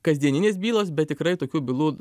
kasdieninės bylos bet tikrai tokių bylų